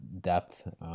depth